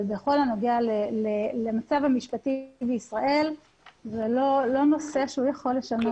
אבל בכל הנוגע למצב המשפטי בישראל זה לא נושא שהוא יכול לשנות.